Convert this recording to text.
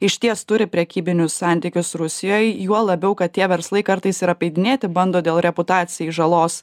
išties turi prekybinius santykius rusijoj juo labiau kad tie verslai kartais ir apeidinėti bando dėl reputacijai žalos